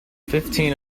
fifteen